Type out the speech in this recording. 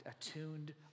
attuned